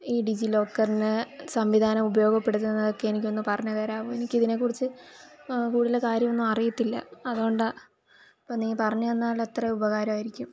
ഈ ഡിജീലോക്കറിനെ സംവിധാനം ഉപയോഗപ്പെടുത്തുന്നതൊക്കെ എനിക്കൊന്ന് പറഞ്ഞ് തരാവോ എനിക്കതിനെ കുറിച്ച് കൂടുതൽ കാര്യമൊന്നും അറിയത്തില്ല അതുകൊണ്ടാ അപ്പോൾ നീ പറഞ്ഞെന്നാൽ അത്ര ഉപകാരമായിരിക്കും